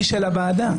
לגופו של עניין,